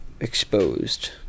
exposed